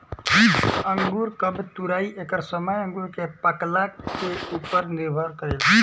अंगूर कब तुराई एकर समय अंगूर के पाकला के उपर निर्भर करेला